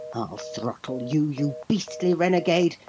i'll throttle you, you beastly renegade,